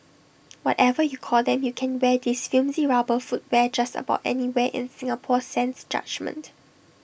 whatever you call them you can wear this flimsy rubber footwear just about anywhere in Singapore sans judgement